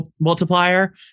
multiplier